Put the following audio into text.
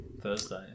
Thursday